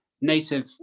native